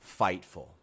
Fightful